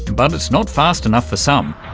but it's not fast enough for some.